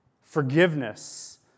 Forgiveness